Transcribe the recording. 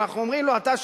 אנחנו אומרים לו: אתה,